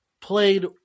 played